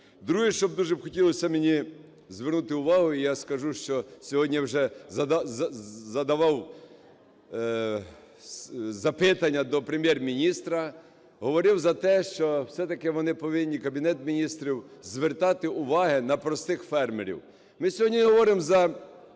Друге, що б дуже б хотілося мені звернути увагу, і я скажу, що сьогодні вже задавав запитання до Прем'єр-міністра, говорив за те, що, все-таки, вони повинні, Кабінет Міністрів, звертати увагу на простих фермерів. Ми сьогодні не говоримо за